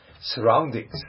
surroundings